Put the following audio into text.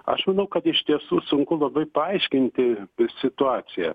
aš manau kad iš tiesų sunku labai paaiškinti situaciją